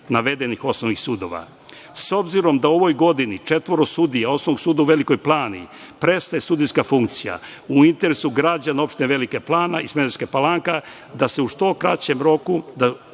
navedenih osnovnih sudova.S obzirom da u ovoj godini četvoro sudija Osnovnog suda u Velikoj Plani prestaje sudijska funkcija, u interesu građana opština Velika Plana i Smederevska Palanka da u što kraćem roku